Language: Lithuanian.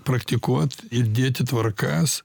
praktikuot ir dėti tvarkas